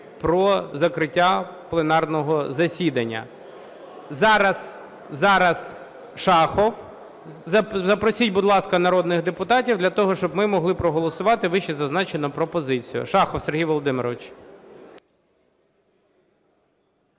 про закриття пленарного засідання. Зараз Шахов. Запросіть, будь ласка, народних депутатів для того, щоб ми могли проголосувати вищезазначену пропозицію. Шахов Сергій Володимирович.